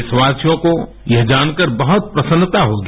देशवासियों को यह जानकर बहुत प्रसन्नता होगी